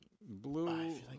blue